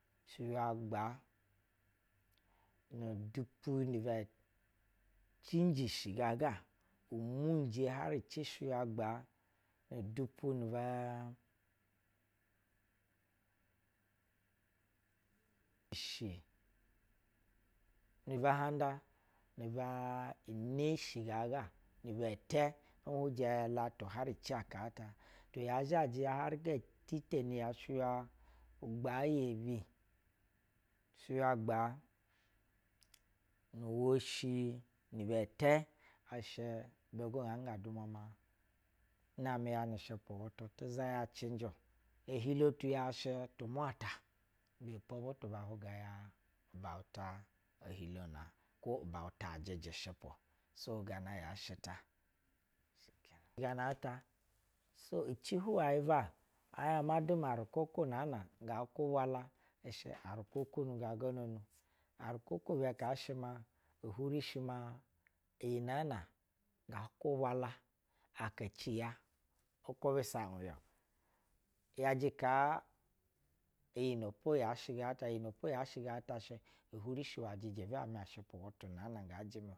Shiywagbaa nu dupu ni bɛ cijishiji ga ga u munje har ci shiywa gbaa nu dupu nu ba-a-a sh na buhanda nu baa ineshi gaga ribɛ tɛ uhrujɛ layu uwaci aka ata ti ya zhajɛ ya harigɛ titeni yɛ shiywa gbɛɛ yebi shi ywa gbaa nu woshi ni bɛ tɛ ishɛ ibɛ go gaa ga dumwa la. N namɛ ya nu shɛpu wutu ti za ya cɛnjɛ ohilo tu shɛ ya tu mwata ibv po butu ba hwuga ya ubanta ohilo nak wo ubauta ajɛjɛ ushɛpu so gana yaa shɛ ta. Gana ta so ici huwai ga ɛ hien ma duma arukwukwu ngaa kubwa la ishɛ arukwukwu ni ga go no nu arukwukwu bɛ ka shɛ ma huri shi ma iyi nɛɛ nɛ gaa kubwa la aka ci ya nkubasa in ya-o yajɛ kaa iyi nɛ po ya shɛ gaa ta. iyi nɛ po ya shɛ ga ta uhuri a jɛjɛ ushɛpu wutu ga nga jɛmɛ.